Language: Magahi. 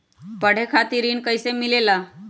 पढे खातीर ऋण कईसे मिले ला?